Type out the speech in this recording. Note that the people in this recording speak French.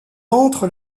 entre